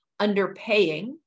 Underpaying